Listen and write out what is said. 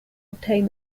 obtain